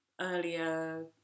earlier